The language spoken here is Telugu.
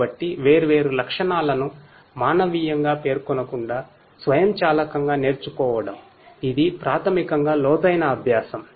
కాబట్టి వేర్వేరు లక్షణాలను మానవీయంగా పేర్కొనకుండా స్వయంచాలకంగా నేర్చుకోవడం ఇది ప్రాథమికంగా లోతైన అభ్యాసం